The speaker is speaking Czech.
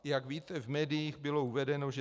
Jak víte, v médiích bylo uvedeno, že